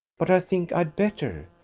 but i think i'd better.